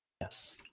yes